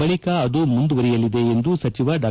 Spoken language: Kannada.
ಬಳಕ ಅದು ಮುಂದುವರೆಯಲಿದೆ ಎಂದು ಸಚಿವ ಡಾ